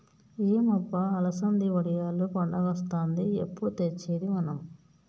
ఏం అబ్బ అలసంది వడియాలు పండగొస్తాంది ఎప్పుడు తెచ్చేది మనం